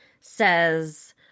says